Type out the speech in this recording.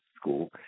school